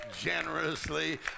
generously